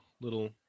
little